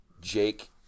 Jake